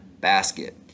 basket